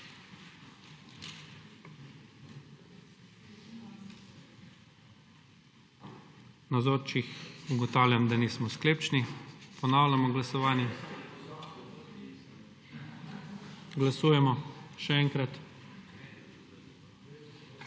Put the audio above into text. Glasujemo. Ugotavljam, da nismo sklepčni. Ponavljamo glasovanje. Glasujemo še enkrat.